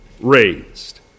raised